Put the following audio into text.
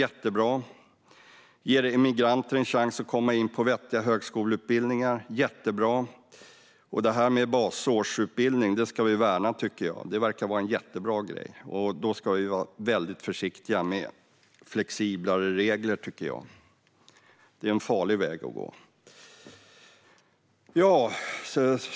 Den ger migranter en chans att komma in på vettiga högskoleutbildningar - jättebra. Detta med basårsutbildning ska vi värna, tycker jag. Det verkar vara en jättebra grej, och då ska vi vara väldigt försiktiga med flexiblare regler, tycker jag. Det är en farlig väg att gå.